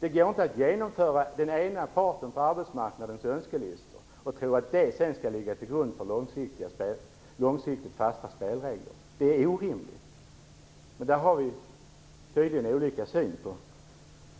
Det går inte att genomföra önskelistorna från den ena parten på arbetsmarknaden och tro att det skall ligga till grund för långsiktigt fasta spelregler. Det är orimligt, men vi har tydligen olika syn på